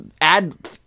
add